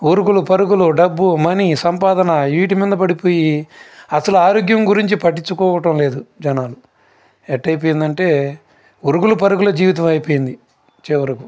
ఉరుకులు పరుగులు డబ్బు మనీ సంపాదన వీటి మీద పడిపోయి అసలు ఆరోగ్యం గురించి పట్టించుకోవటం లేదు జనాలు ఎట్ల అయిపోయిందంటే ఉరుకులు పరుగుల జీవితం అయిపోయింది చివరకు